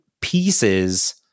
pieces